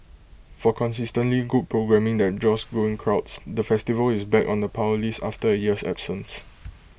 for consistently good programming that draws growing crowds the festival is back on the power list after A year's absence